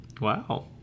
Wow